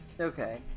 Okay